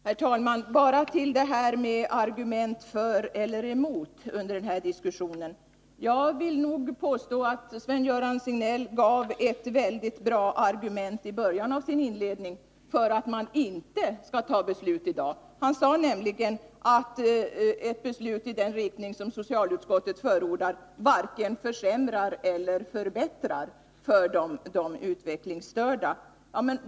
Herr talman! Jag skall bara säga några ord om detta med argument för eller emot under denna diskussion. Jag vill nog påstå att Sven-Gösta Signell i början av sitt anförande gav ett mycket bra argument för att vi inte skall fatta Nr 41 beslut i dag. Han sade nämligen att ett beslut i den riktning som i Onsdagen den socialutskottet har förordat varken försämrar eller förbättrar för de : 2 december 1981 utvecklingsstörda.